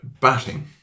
batting